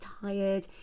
tired